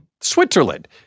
Switzerland